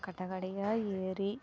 கடை கடையாக ஏறி